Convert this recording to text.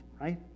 right